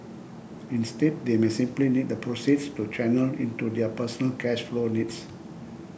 instead they may simply need the proceeds to channel into their personal cash flow needs